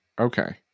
okay